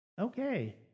okay